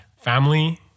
family